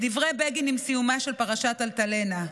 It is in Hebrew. מדברי בגין עם סיומה של פרשת אלטלנה: